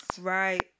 Right